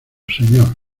señor